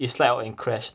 it slide out and crashed